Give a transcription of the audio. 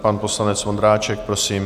Pan poslanec Vondráček, prosím.